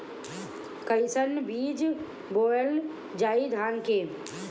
कईसन बीज बोअल जाई धान के?